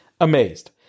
amazed